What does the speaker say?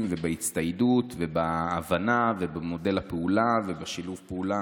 ובהצטיידות ובהבנה ובמודל הפעולה ובשיתוף הפעולה